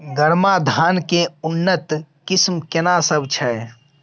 गरमा धान के उन्नत किस्म केना सब छै?